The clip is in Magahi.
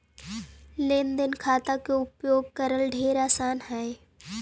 लेन देन खाता के उपयोग करल ढेर आसान हई